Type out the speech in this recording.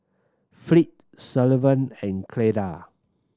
Fleet Sullivan and Cleda